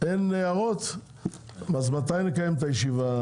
אז מתי נקיים את הישיבה?